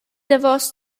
davos